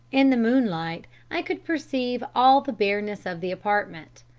in the moonlight i could perceive all the bareness of the apartment.